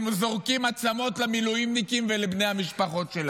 זורקים עצמות למילואימניקים ולבני המשפחות שלהם.